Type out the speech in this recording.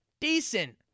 Decent